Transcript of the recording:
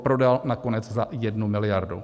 Prodal nakonec za 1 miliardu.